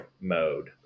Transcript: mode